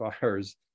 fires